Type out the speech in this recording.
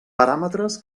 paràmetres